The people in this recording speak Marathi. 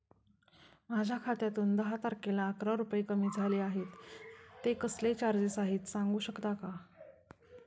माझ्या खात्यातून दहा तारखेला अकरा रुपये कमी झाले आहेत ते कसले चार्जेस आहेत सांगू शकता का?